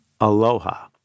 Aloha